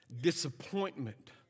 disappointment